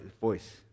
voice